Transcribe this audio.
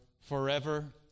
forever